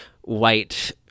white